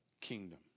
kingdom